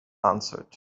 answered